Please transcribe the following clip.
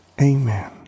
Amen